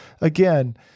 again